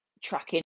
tracking